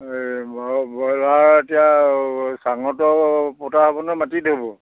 এই ব্ৰইলাৰ এতিয়া চাঙতো পতা হ'ব নে মাটিত হ'ব